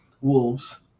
wolves